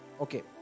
Okay